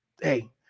hey